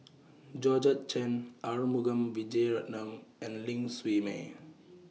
Georgette Chen Arumugam Vijiaratnam and Ling Siew May